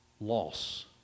loss